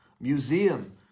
museum